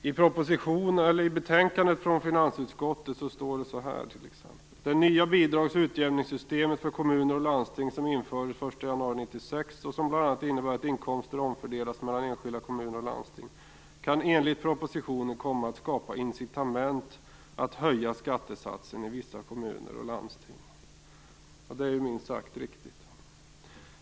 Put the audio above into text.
I finansutskottets betänkande står det så här: "Det nya bidrags och utjämningssystem för kommuner och landsting, som infördes den 1 januari 1996 och som bl.a. innebär att inkomster omfördelas mellan enskilda kommuner och landsting, kan enligt propositionen komma att skapa incitament att höja skattesatsen i vissa kommuner och landsting." Det är ju minst sagt riktigt.